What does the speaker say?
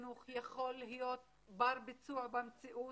החינוך יכול להיות בר-ביצוע במציאות,